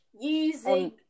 using